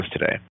today